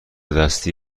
دستی